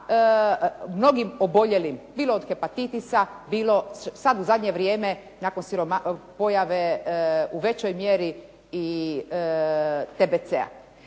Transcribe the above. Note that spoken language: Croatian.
mnogim oboljelim, bilo od hepatitisa, bilo sad u zadnje vrijeme nakon pojave u većoj mjeri i TBC-a.